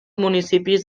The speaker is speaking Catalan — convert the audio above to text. municipis